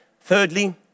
Thirdly